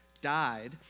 died